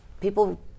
People